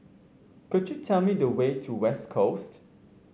could you tell me the way to West Coast